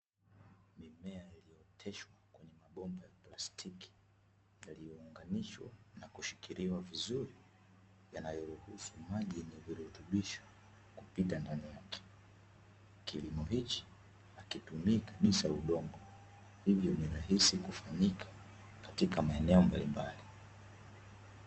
Mimea iliyooteshwa kwenye mabomba ya plastiki, yaliyounganishwa na kushikiliwa vizuri, yanayoruhusu maji yenye virutubisho kupita ndani yake. Kilimo hiki hakitumii kabisa udongo, hivyo ni rahisi kufanyika katika maeneo mbalimbali.